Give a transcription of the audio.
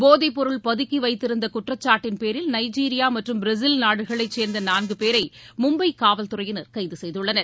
போதைப் பொருள் பதுக்கி வைத்திருந்த குற்றச்சாட்டின் பேரில் நைஜீரியா மற்றும் பிரேஸில் நாடுகளைச் சேர்ந்த நான்கு பேரை மும்பை காவல்துறையினர் கைது செய்துள்ளனர்